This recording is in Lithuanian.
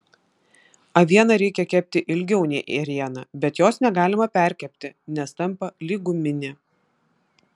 avieną reikia kepti ilgiau nei ėrieną bet jos negalima perkepti nes tampa lyg guminė